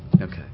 Okay